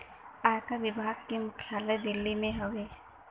आयकर विभाग के मुख्यालय दिल्ली में हउवे